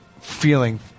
feeling